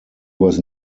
was